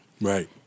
Right